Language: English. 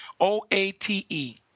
O-A-T-E